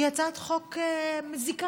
היא הצעת חוק מזיקה,